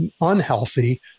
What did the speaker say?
unhealthy